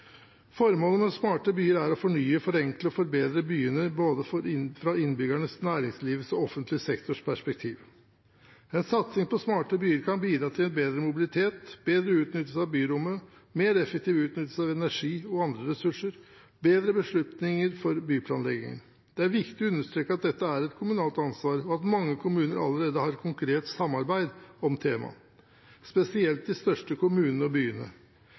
Formålet med smarte byer er å fornye, forenkle og forbedre byene fra både innbyggernes, næringslivets og offentlig sektors perspektiv. En satsing på smarte byer kan bidra til bedre mobilitet, bedre utnyttelse av byrommet, mer effektiv utnyttelse av energi og andre ressurser og bedre beslutninger for byplanleggingen. Det er viktig å understreke at dette er et kommunalt ansvar, og at mange kommuner allerede har et konkret samarbeid om temaet, spesielt de største kommunene og byene.